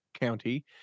County